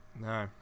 No